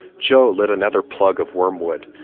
joe lit another plug of wormwood,